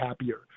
happier